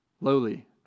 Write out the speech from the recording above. lowly